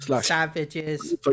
Savages